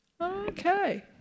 Okay